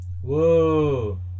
whoa